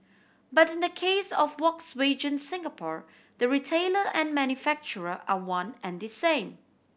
but in the case of Volkswagen Singapore the retailer and manufacturer are one and the same